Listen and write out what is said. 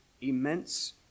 immense